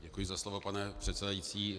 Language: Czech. Děkuji za slovo, pane předsedající.